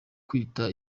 kwita